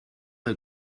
est